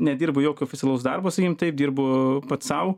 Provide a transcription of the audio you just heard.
nedirbu jokio oficialaus darbo sakykim taip dirbu pats sau